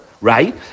Right